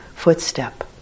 footstep